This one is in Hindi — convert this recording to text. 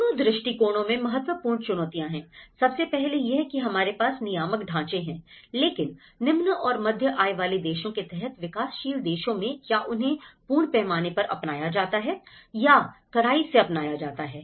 दोनों दृष्टिकोणों में महत्वपूर्ण चुनौतियां है सबसे पहले यह की हमारे पास नियामक ढाँचे हैं लेकिन निम्न और मध्यम आय वाले देशों के तहत विकासशील देशों में क्या उन्हें पूर्ण पैमाने पर अपनाया जाता है या कड़ाई से अपनाया जाता है